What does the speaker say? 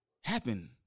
happen